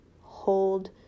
hold